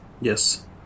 Yes